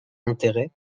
intérêt